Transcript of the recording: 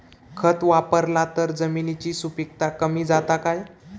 खत वापरला तर जमिनीची सुपीकता कमी जाता काय?